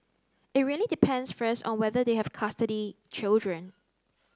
it really depends first on whether they have custody children